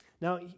Now